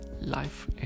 life